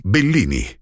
Bellini